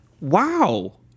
Wow